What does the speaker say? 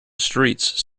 streets